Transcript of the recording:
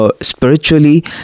spiritually